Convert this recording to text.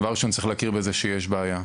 דבר ראשון צריך להכיר בכך שיש בעיה.